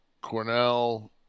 Cornell